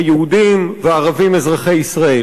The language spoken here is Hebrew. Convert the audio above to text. היהודים והערבים אזרחי ישראל.